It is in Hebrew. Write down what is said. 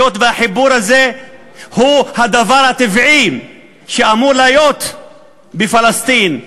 היות שהחיבור הזה הוא הדבר הטבעי שאמור להיות בפלסטין.